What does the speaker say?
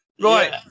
right